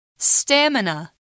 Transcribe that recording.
STAMINA